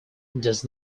does